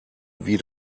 wie